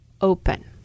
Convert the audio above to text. open